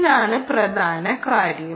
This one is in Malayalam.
ഇതാണ് പ്രധാന കാര്യം